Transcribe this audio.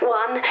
one